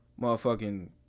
Motherfucking